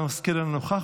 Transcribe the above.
אינו נוכח,